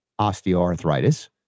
osteoarthritis